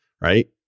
right